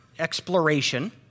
exploration